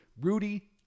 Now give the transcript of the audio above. Rudy